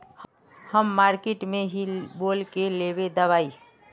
हम मार्किट में की बोल के लेबे दवाई?